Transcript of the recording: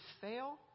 fail